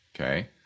Okay